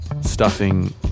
stuffing